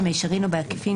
במישרין או בעקיפין,